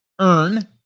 earn